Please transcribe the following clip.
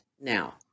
now